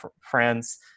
friends